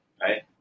right